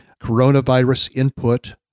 coronavirusinput